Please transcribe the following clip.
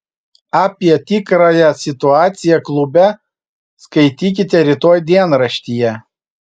apie tikrąją situaciją klube skaitykite rytoj dienraštyje